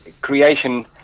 creation